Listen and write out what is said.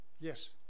Yes